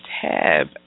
tab